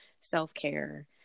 self-care